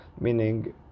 meaning